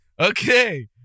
Okay